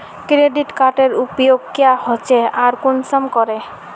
Credit कार्डेर उपयोग क्याँ होचे आर कुंसम करे?